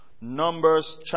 Numbers